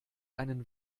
einen